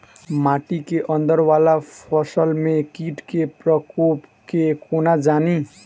माटि केँ अंदर वला फसल मे कीट केँ प्रकोप केँ कोना जानि?